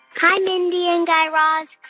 hi, mindy and guy raz.